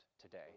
today